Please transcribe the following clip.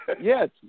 Yes